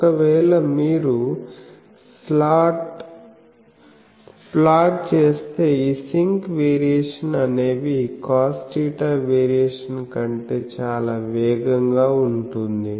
ఒకవేళ మీరు ఫ్లాట్ చేస్తే ఈ సింక్ వేరియేషన్ అనేవి cosθ వేరియేషన్ కంటే చాలా వేగంగా ఉంటుంది